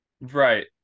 Right